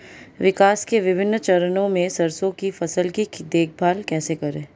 विकास के विभिन्न चरणों में सरसों की फसल की देखभाल कैसे करें?